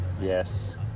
Yes